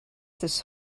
this